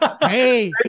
Hey